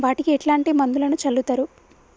వాటికి ఎట్లాంటి మందులను చల్లుతరు?